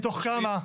מתוך כמה?